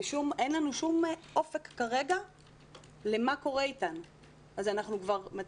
אין לנו כרגע כל אופק ואנחנו לא יודעים מה קורה אתנו.